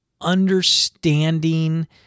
understanding